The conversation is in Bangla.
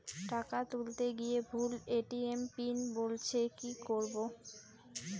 টাকা তুলতে গিয়ে ভুল এ.টি.এম পিন বলছে কি করবো?